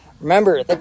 Remember